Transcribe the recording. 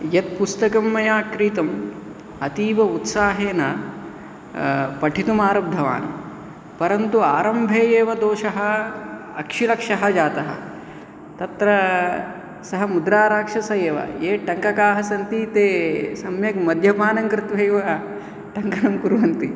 यत् पुस्तकं मया क्रीतं अतीव उत्साहेन पठितुम् आरब्धवान् परन्तु आरम्भे एव दोषः अक्षरक्षः जातः तत्र सः मुद्राराक्षस एव ये टङ्ककाः सन्ति ते सम्यक् मद्यपानं कृत्वैव टङ्कनं कुर्वन्ति